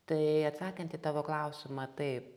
tai atsakant į tavo klausimą taip